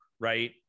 Right